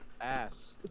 ass